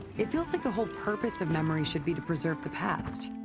it feels like the whole purpose of memory should be to preserve the past.